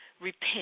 Repent